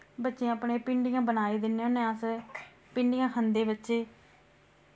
बच्चें अपने भिंडियां बनाई दिन्ने होने अस भिंडियां खंदे बच्चे